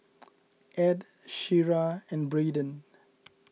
Edd Shira and Braiden